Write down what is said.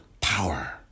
power